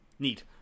Neat